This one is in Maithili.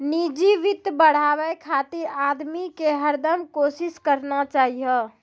निजी वित्त बढ़ाबे खातिर आदमी के हरदम कोसिस करना चाहियो